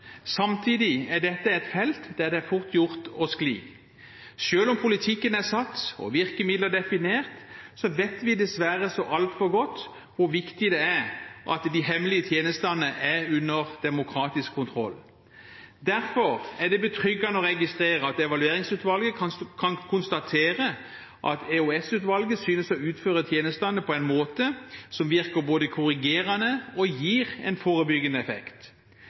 samtidig er dette et felt der det er fort gjort å skli. Selv om politikken er satt og virkemidlene definert, vet vi dessverre så altfor godt hvor viktig det er at de hemmelige tjenestene er under demokratisk kontroll. Derfor er det betryggende å registrere at Evalueringsutvalget kan konstatere at EOS-utvalget synes å utføre tjenestene på en måte som både virker korrigerende og gir en forebyggende effekt.